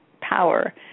power